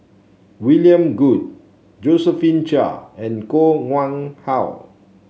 William Goode Josephine Chia and Koh Nguang How